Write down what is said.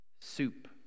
soup